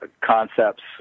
concepts